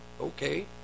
okay